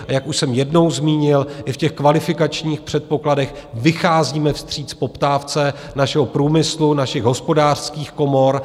A jak už jsem jednou zmínil, i v kvalifikačních předpokladech vycházíme vstříc poptávce našeho průmyslu, našich hospodářských komor.